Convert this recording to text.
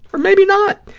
or maybe not.